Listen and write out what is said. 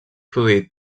produït